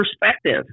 perspective